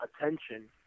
attention